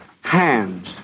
Hands